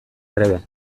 trebe